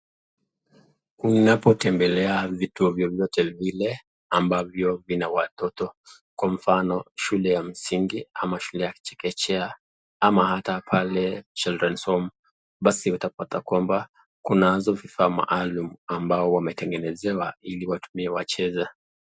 Unapotembelea vituo vyovyote vile ambavyo vina watoto kwa mfano shule ya msingi ama shule ya chekechea ama hata pale childrens home basi utapata kwamba kuna vifaa maalum ambao wametengeneza ili wacheze.